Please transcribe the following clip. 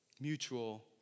Mutual